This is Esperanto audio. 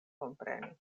kompreni